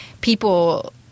people